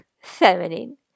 feminine